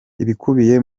ibikubiye